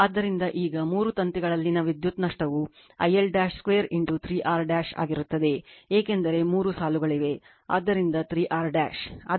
ಆದ್ದರಿಂದ ಈಗ ಮೂರು ತಂತಿಗಳಲ್ಲಿನ ವಿದ್ಯುತ್ ನಷ್ಟವು I L 2 3 R ಆಗಿರುತ್ತದೆ ಏಕೆಂದರೆ ಮೂರು ಸಾಲುಗಳಿವೆ ಆದ್ದರಿಂದ 3 R